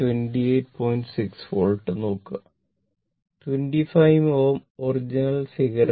6 volt നോക്കുക 25 Ω original ഫിഗറിൽ ഇല്ല